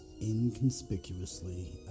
inconspicuously